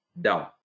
down